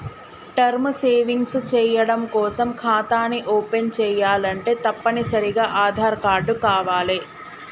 term savings చెయ్యడం కోసం ఖాతాని ఓపెన్ చేయాలంటే తప్పనిసరిగా ఆదార్ కార్డు కావాలే